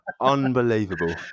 Unbelievable